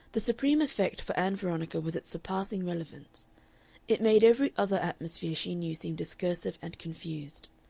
the supreme effect for ann veronica was its surpassing relevance it made every other atmosphere she knew seem discursive and confused.